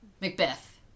macbeth